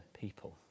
people